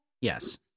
Yes